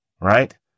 right